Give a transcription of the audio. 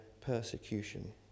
persecution